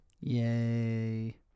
Yay